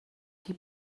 qui